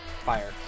Fire